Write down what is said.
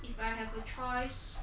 if I have a choice